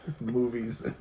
movies